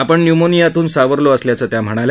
आपण न्यूमोनियातून सावरलो असल्याचं त्या म्हणाल्या